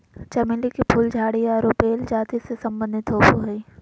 चमेली के फूल झाड़ी आरो बेल जाति से संबंधित होबो हइ